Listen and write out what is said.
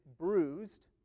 bruised